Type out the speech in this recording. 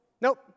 nope